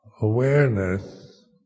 awareness